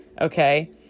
okay